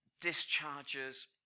discharges